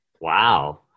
Wow